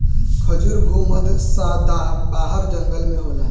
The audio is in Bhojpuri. खजूर भू मध्य सदाबाहर जंगल में होला